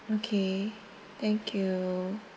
okay thank you